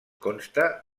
consta